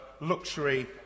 luxury